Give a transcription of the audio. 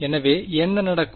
எனவே என்ன நடக்கும்